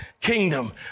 kingdom